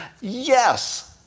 Yes